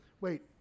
Wait